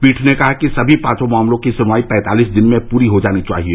पीठ ने कहा कि सभी पांचों मामलों की सुनवाई पैंतालिस दिन में पूरी हो जानी चाहिए